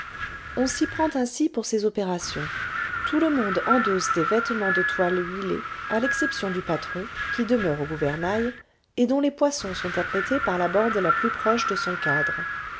on s'y prend ainsi pour ces opérations tout le monde endosse des vêtements de toile huilée à l'exception du patron qui demeure au gouvernail et dont les poissons sont apprêtés par la bande la plus proche de son cadre